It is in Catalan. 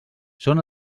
són